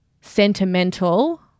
sentimental